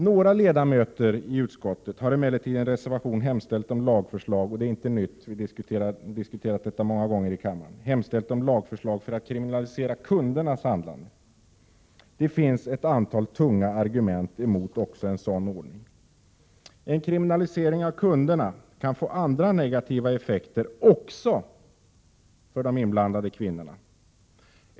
Några ledamöter i utskottet har emellertid i en reservation hemställt om lagförslag — det är inte något nytt, utan har diskuterats många gånger i kammaren — för att kriminalisera kundernas handlande. Det finns ett antal tunga argument mot också en sådan ordning. En kriminalisering av kunderna kan få andra negativa effekter också för de inblandade kvinnorna.